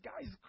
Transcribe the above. guy's